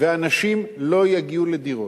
ואנשים לא יגיעו לדירות.